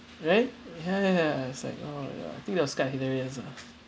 right ya ya ya it's like oh I think that was kind of hilarious lah